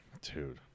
dude